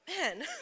man